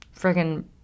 friggin